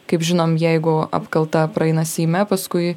kaip žinom jeigu apkalta praeina seime paskui